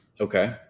Okay